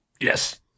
Yes